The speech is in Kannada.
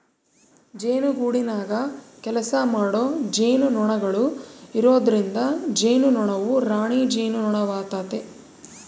ಜೇನುಗೂಡಿನಗ ಕೆಲಸಮಾಡೊ ಜೇನುನೊಣಗಳು ಇರೊದ್ರಿಂದ ಜೇನುನೊಣವು ರಾಣಿ ಜೇನುನೊಣವಾತತೆ